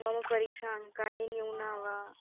मम परीक्षा अङ्कानि न्यूना वा